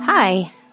Hi